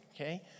Okay